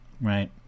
right